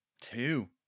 Two